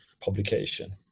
publication